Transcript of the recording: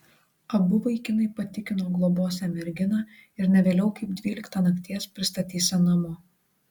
abu vaikinai patikino globosią merginą ir ne vėliau kaip dvyliktą nakties pristatysią namo